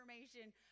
information